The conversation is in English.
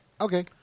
Okay